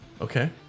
Okay